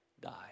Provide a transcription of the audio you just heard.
die